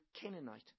Canaanite